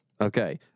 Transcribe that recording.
Okay